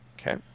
Okay